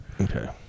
Okay